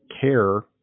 care